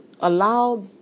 allow